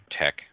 Tech